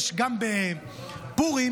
גם בפורים,